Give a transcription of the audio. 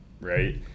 right